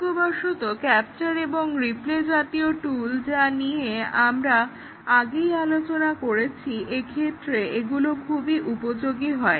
সৌভাগ্যবশত ক্যাপচার এবং রিপ্লে জাতীয় টুল যা নিয়ে আমরা আগেই আলোচনা করেছি এক্ষেত্রে এগুলো খুবই উপযোগী হয়